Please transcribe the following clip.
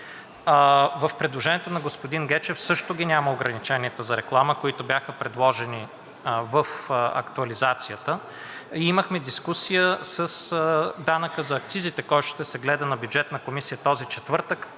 В предложението на господин Гечев също ги няма ограниченията за реклама, които бяха предложени в актуализацията, и имахме дискусия с данъка за акцизите, който ще се гледа на Бюджетната комисия този четвъртък,